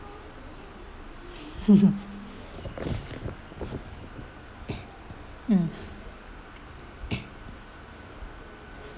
mm